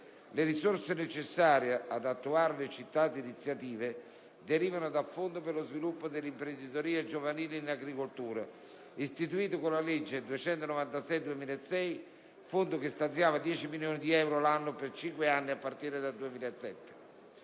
Le risorse necessarie ad attuare le citate iniziative derivano dal «Fondo per lo sviluppo dell'imprenditoria giovanile in agricoltura», istituito con la legge n. 296 del 2006, che stanziava 10 milioni di euro l'anno per 5 anni a partire dal 2007.